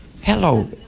hello